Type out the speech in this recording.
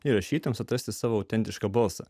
ir rašytojams atrasti savo autentišką balsą